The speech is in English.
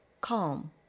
calm